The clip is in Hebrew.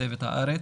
כתבת הארץ,